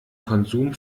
konsum